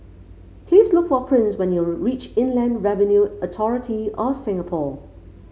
please look for Prince when you reach Inland Revenue Authority of Singapore